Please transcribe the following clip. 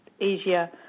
Asia